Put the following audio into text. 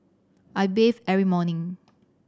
I bathe every morning